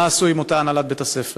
מה עשו עם אותה הנהלת בית-הספר.